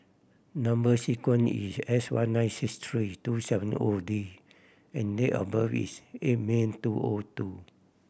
number sequence is S one nine six three two seven O D and date of birth is eight May two O O two